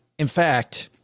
in fact.